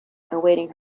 awaiting